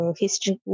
history